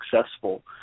successful